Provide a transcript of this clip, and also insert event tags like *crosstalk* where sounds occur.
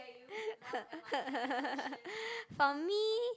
*laughs* for me